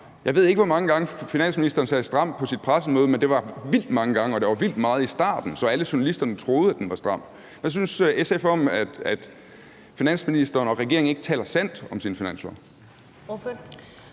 Jeg ved ikke, hvor mange gange finansministeren sagde ordet stram på sit pressemøde, men det var vildt mange gange, og det var vildt meget i starten, så alle journalisterne troede, at den var stram. Hvad synes SF om, at finansministeren og regeringen ikke taler sandt om deres